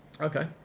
Okay